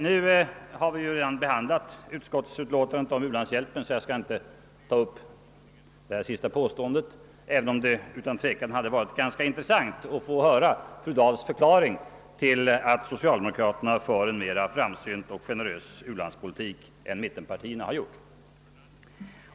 Nu har vi ju redan behandlat utskottsutlåtandet om u-landshjälpen, varför jag inte skall ta upp det sista påståendet, även om det utan tvekan hade varit ganska intressant att få höra fru Dahls förklaring till att socialdemokraterna för en mera framsynt och generös u-landspolitik än mittenpartierna har gjort.